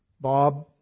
Bob